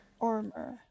armor